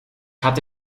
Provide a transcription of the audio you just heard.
hatte